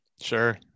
sure